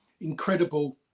incredible